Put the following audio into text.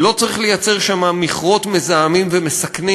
לא צריך לייצר שם מכרות מזהמים ומסכנים,